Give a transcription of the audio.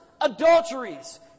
Adulteries